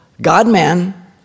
God-man